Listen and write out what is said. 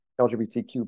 LGBTQ